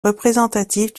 représentatives